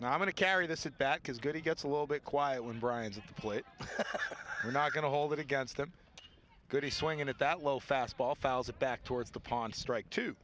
and i'm going to carry this it back is good he gets a little bit quiet when brian's at the plate we're not going to hold it against them good he swinging at that low fastball fouls it back towards the pond strike to